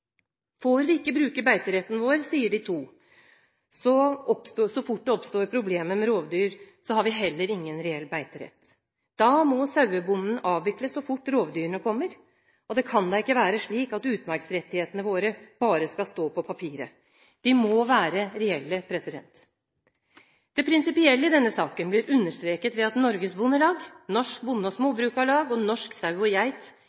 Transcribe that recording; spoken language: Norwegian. Får vi ikke bruke beiteretten vår så fort det oppstår problemer med rovdyr, sier de to, har vi heller ingen reell beiterett. Da må sauebonden avvikle så fort rovdyrene kommer. Det kan ikke være slik at utmarksrettighetene våre bare skal stå på papiret. De må være reelle. Det prinsipielle i denne saken blir understreket ved at Norges Bondelag, Norsk Bonde- og Småbrukarlag og Norsk Sau og Geit,